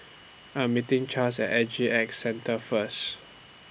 I'm meeting Charles At S G X Centre First